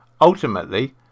Ultimately